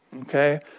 Okay